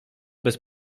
bez